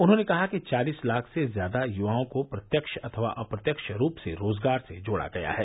उन्होंने कहा कि चालीस लाख से ज्यादा युवाओं को प्रत्यक्ष अथवा अप्रत्यक्ष रूप से रोजगार से जोड़ा गया है